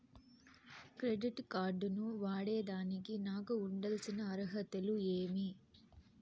Credit card ను వాడేదానికి నాకు ఉండాల్సిన అర్హతలు ఏమి?